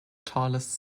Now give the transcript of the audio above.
tallest